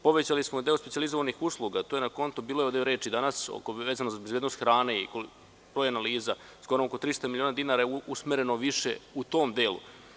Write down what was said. Povećali smo deo specijalizovanih usluga to je na konto, bilo je ovde reči, vezano za bezbednost hrane, i analiza, skoro oko 300 miliona dinara je usmereno više u tom delu.